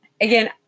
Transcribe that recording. again